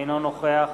אינו נוכח